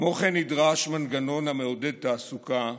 כמו כן נדרש מנגנון המעודד תעסוקה,